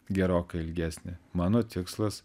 gerokai ilgesnė mano tikslas